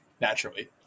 naturally